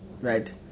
Right